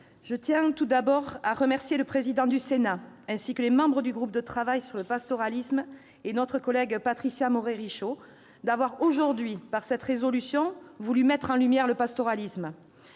je tiens tout d'abord à remercier M. le président du Sénat ainsi que les membres du groupe de travail sur le pastoralisme et notre collègue Patricia Morhet-Richaud d'avoir aujourd'hui voulu mettre en lumière le pastoralisme,